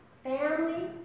Family